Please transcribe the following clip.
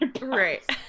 right